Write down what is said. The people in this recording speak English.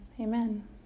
Amen